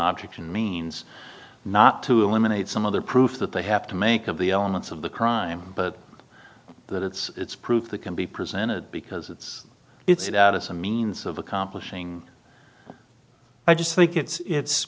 object and means not to eliminate some other proof that they have to make of the elements of the crime but that it's proof that can be presented because it's it's a that is a means of accomplishing i just think it's